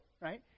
right